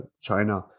China